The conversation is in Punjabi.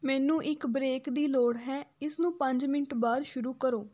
ਮੈਨੂੰ ਇੱਕ ਬ੍ਰੇਕ ਦੀ ਲੋੜ ਹੈ ਇਸ ਨੂੰ ਪੰਜ ਮਿੰਟ ਬਾਅਦ ਸ਼ੁਰੂ ਕਰੋ